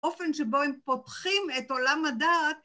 ‫באופן שבו הם פותחים את עולם הדעת.